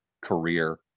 career